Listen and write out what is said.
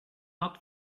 not